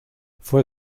fue